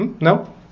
no